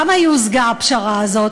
למה הושגה הפשרה הזאת?